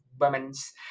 women's